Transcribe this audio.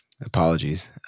apologies